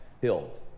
hill